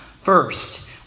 First